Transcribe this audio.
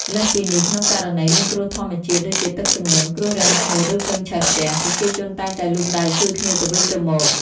លើសពីនេះ ក្នុងករណីមានគ្រោះធម្មជាតិដូចជាទឹកជំនន់ គ្រោះរាំងស្ងួត ឬភ្លើងឆេះផ្ទះ ប្រជាជនតែងតែលូកដៃជួយគ្នាទៅវិញទៅមក។